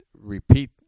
repeat